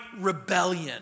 rebellion